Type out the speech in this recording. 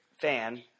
fan